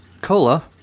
Cola